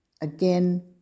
again